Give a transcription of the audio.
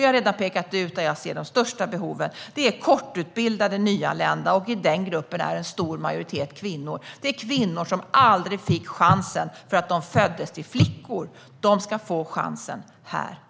Vi har redan pekat ut var behoven är störst, och det är bland kortutbildade nyanlända. I den gruppen är en stor majoritet kvinnor. Det är kvinnor som aldrig fick chansen därför att de föddes till flickor, men de ska få chansen här och nu.